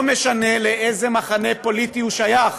לא משנה לאיזה מחנה פוליטי הוא שייך.